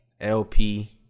LP